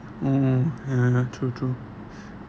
mm ya true true